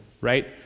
right